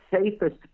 safest